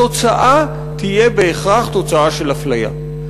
התוצאה תהיה בהכרח תוצאה של אפליה.